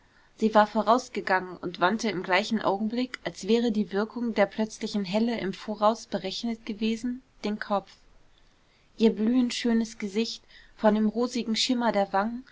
sie war vorausgegangen und wandte im gleichen augenblick als wäre die wirkung der plötzlichen helle im voraus berechnet gewesen den kopf ihr blühend schönes gesicht von dem rosigen schimmer der wangen